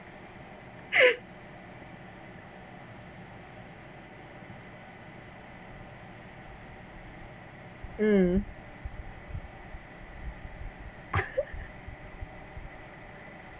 mm